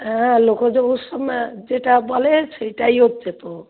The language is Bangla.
হ্যাঁ লোকজ উৎসব যেটা বলে সেইটাই হচ্ছে তো